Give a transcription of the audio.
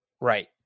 Right